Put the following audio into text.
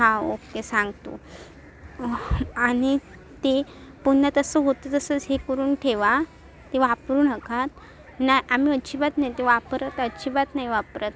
हां ओके सांगतो आणि ती पुन्हा तसं होतं तसंच हे करून ठेवा ते वापरू नका नाही आम्ही अजिबात नाही ते वापरत अजिबात नाही वापरत